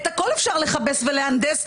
את הכול אפשר לכבס ולהנדס,